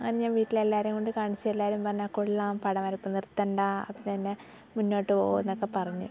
അന്ന് ഞാൻ വീട്ടിലെല്ലാവരേയും കൊണ്ടു കാണിച്ച് എല്ലാവരും പറഞ്ഞു ആ കൊള്ളാം പടം വരപ്പ് നിർത്തണ്ട പിന്നെ മുന്നോട്ട് പോ എന്നൊക്കെ പറഞ്ഞ്